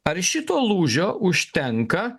ar šito lūžio užtenka